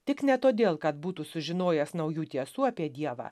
tik ne todėl kad būtų sužinojęs naujų tiesų apie dievą